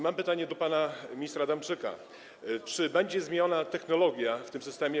Mam pytanie do pana ministra Adamczyka: Czy będzie zmieniona technologia w tym systemie?